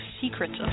secrets